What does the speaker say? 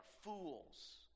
fools